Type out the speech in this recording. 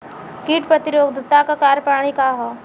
कीट प्रतिरोधकता क कार्य प्रणाली का ह?